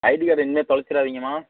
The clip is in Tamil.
ஐடி கார்ட் இனிமேல் தொலச்சிடாதீங்கம்மா